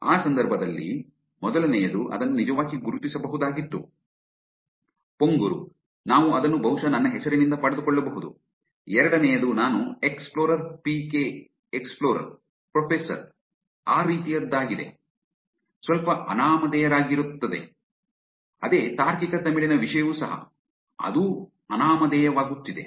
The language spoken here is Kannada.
ಆ ಸಂದರ್ಭದಲ್ಲಿ ಮೊದಲನೆಯದು ಅದನ್ನು ನಿಜವಾಗಿ ಗುರುತಿಸಬಹುದಾಗಿತ್ತು ಪೊಂಗುರು ನಾವು ಅದನ್ನು ಬಹುಶಃ ನನ್ನ ಹೆಸರಿನಿಂದ ಪಡೆದುಕೊಳ್ಳಬಹುದು ಎರಡನೆಯದು ನಾನು ಎಕ್ಸ್ಪ್ಲೋರರ್ ಪಿಕೆ ಎಕ್ಸ್ಪ್ಲೋರರ್ ಪ್ರೊಫೆಸರ್ ಆ ರೀತಿಯದ್ದಾಗಿದೆ ಸ್ವಲ್ಪ ಅನಾಮಧೇಯರಾಗುತ್ತಿದೆ ಮತ್ತು ಅದೇ ತಾರ್ಕಿಕ ತಮಿಳಿನ ವಿಷಯವೂ ಸಹ ಅದು ಅನಾಮಧೇಯವಾಗುತ್ತಿದೆ